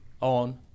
On